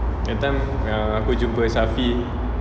that time yang aku jumpa safi